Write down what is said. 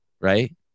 right